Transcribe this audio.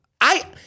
I-